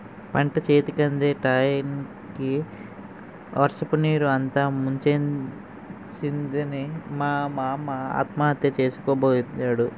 పంటచేతికందే టయానికి వర్షపునీరు అంతా ముంచేసిందని మా మామ ఆత్మహత్య సేసుకోబోయాడు